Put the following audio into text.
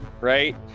right